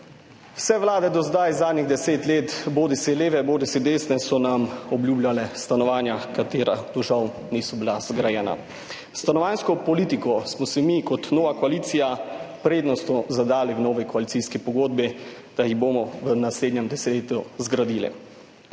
Vse vlade do zdaj, zadnjih 10 let, bodisi leve bodisi desne, so nam obljubljale stanovanja, ki žal niso bila zgrajena. Stanovanjsko politiko smo si mi, nova koalicija, prednostno zadali v novi koalicijski pogodbi, da jih bomo v naslednjem desetletju zgradili.